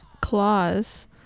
claws